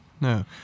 no